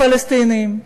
הפלסטינים,